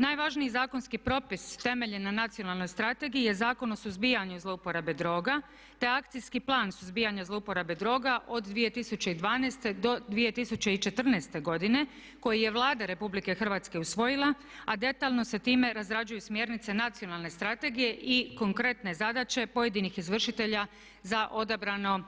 Najvažniji zakonski propis temeljen na Nacionalnoj strategiji je Zakon o suzbijanju zlouporabe droga te Akcijski plan suzbijanja zlouporabe droga od 2012. do 2014. godine koji je Vlada Republike Hrvatske usvojila a detaljno se ime razrjeđuju smjernice Nacionalne strategije i konkretne zadaće pojedinih izvršitelja za odabrano